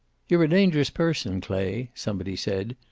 you're a dangerous person, clay, somebody said.